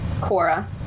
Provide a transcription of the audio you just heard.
Cora